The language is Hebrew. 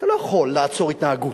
אתה לא יכול לעצור התנהגות.